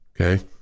Okay